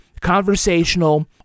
Conversational